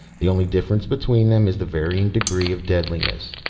the only difference between them is the varying degree of deadliness.